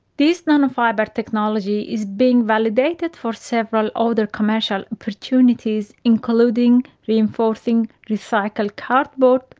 this nanofibre technology is being validated for several other commercial opportunities, including reinforcing recycled cardboard,